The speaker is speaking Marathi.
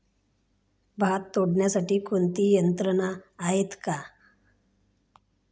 भात तोडण्यासाठी कोणती यंत्रणा आहेत का?